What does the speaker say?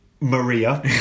Maria